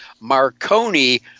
Marconi